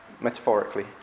metaphorically